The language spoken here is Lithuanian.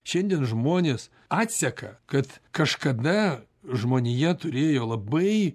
šiandien žmonės atseka kad kažkada žmonija turėjo labai